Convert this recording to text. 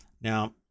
now